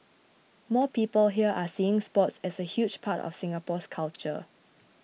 more people here are seeing sports as a huge part of Singapore's culture